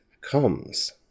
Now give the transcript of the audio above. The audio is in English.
comes